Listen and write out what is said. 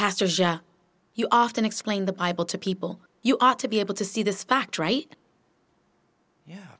pastors you often explain the bible to people you ought to be able to see this fact right yeah